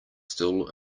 still